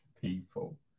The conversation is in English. people